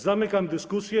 Zamykam dyskusję.